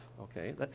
Okay